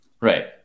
Right